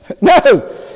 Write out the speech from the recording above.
No